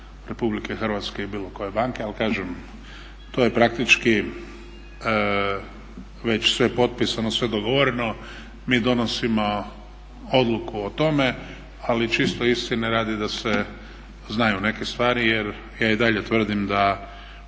Republike Hrvatske i bilo koje banke. Ali kažem, to je praktički već sve potpisano, sve dogovoreno, mi donosimo odluku o tome, ali čisto istine radi da se znaju neke stvari. Jer ja i dalje tvrdim da